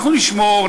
אנחנו נשמור,